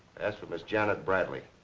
ask for miss janet bradley.